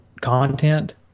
content